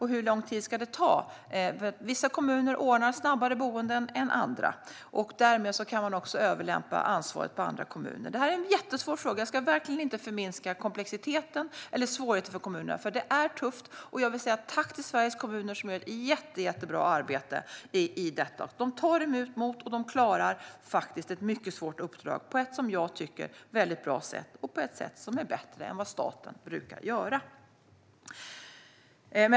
Hur lång tid ska det ta? Vissa kommuner ordnar ju boenden snabbare än andra. Därmed kan man alltså överlämpa ansvaret på dessa kommuner. Detta är en jättesvår fråga. Jag ska verkligen inte förminska komplexiteten eller svårigheten för kommunerna, för det är tufft. Jag vill säga tack till Sveriges kommuner, som gör ett jättebra arbete i detta. De tar emot och klarar ett mycket svårt uppdrag på ett väldigt bra sätt - ett sätt som är bättre än det brukar vara när staten gör det.